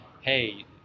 Hey